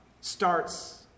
starts